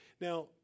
Now